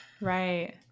right